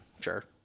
sure